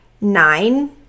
nine